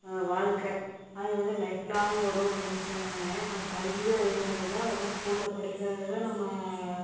வாழ்க்கை அது வந்து லைஃப் லாங் வரும் ஃப்ரெண்ட்ஸ்ங்கன்னு நம்ம கல்வியும் அதே மாதிரி தான் வந்து ஸ்கூலில் படிக்கிறது தான் நம்ம